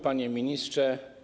Panie Ministrze!